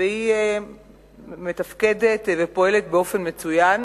שנמצא בגירעון גדול מאוד,